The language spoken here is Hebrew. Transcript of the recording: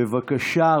בבקשה.